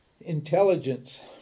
Intelligence